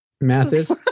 Mathis